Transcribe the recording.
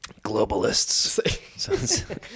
Globalists